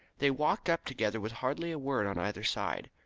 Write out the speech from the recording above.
they walked up together with hardly a word on either side.